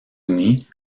unis